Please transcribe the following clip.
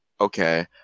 okay